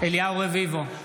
אליהו רביבו,